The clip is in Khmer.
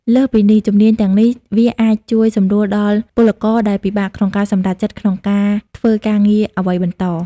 លើសពីនេះជំនាញទាំងនេះវាអាចជួយសម្រួលដល់ពលករដែលពិបាកក្នុងការសម្រេចចិត្តក្នុងការធ្វើការងារអ្វីបន្ត។